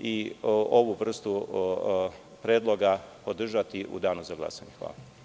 i ovu vrstu predloga podržati u danu za glasanje.